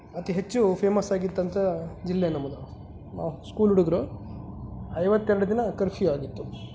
ಅತಿ ಹೆಚ್ಚು ಫೇಮಸ್ ಆಗಿದ್ದಂಥ ಜಿಲ್ಲೆ ನಮ್ಮದು ನಾವು ಸ್ಕೂಲ್ ಹುಡುಗರು ಐವತ್ತೆರಡು ದಿನ ಕರ್ಫ್ಯು ಆಗಿತ್ತು